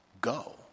go